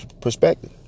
perspective